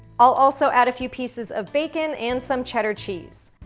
i'll also add a few pieces of bacon and some cheddar cheese.